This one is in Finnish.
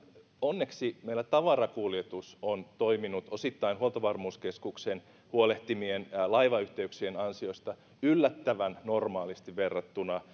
onneksi meillä tavarakuljetus on toiminut osittain huoltovarmuuskeskuksen huolehtimien laivayhteyksien ansiosta yllättävän normaalisti verrattuna